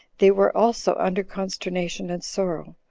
they were also under consternation and sorrow,